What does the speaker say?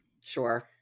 Sure